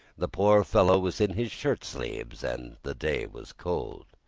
the poor fellow was in his shirt sleeves and the day was cold.